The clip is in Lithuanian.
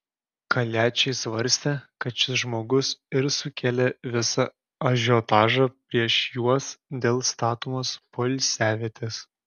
kaliačiai svarstė kad šis žmogus ir sukėlė visą ažiotažą prieš juos dėl statomos poilsiavietės